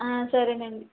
ఆ సరే అండి